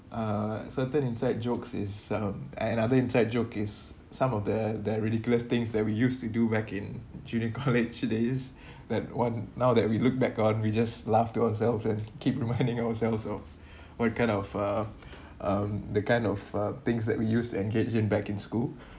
uh certain inside jokes is um another inside joke is some of the the ridiculous things that we used to do back in junior college days that one now that we look back on we just laugh to ourselves and keep reminding ourselves of what kind of uh um the kind of uh things that we use engage in back in school